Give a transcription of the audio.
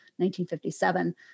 1957